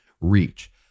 reach